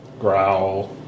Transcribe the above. Growl